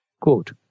quote